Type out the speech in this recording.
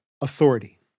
authority